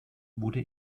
wurde